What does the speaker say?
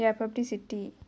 ya publicity